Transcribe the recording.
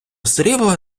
срібла